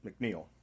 McNeil